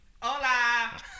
Hola